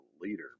leader